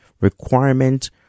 requirement